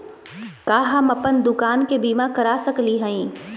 का हम अप्पन दुकान के बीमा करा सकली हई?